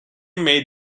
may